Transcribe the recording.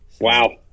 Wow